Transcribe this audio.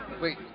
Wait